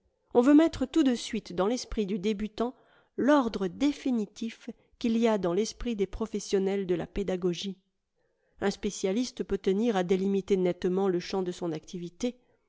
on veut mettre tout de suite dans l'esprit du débutant l'ordre définitif qu'il y a dans l'esprit des professionnels de la pédagogie un spécialiste peut tenir à délimiter nettement le champ de son activité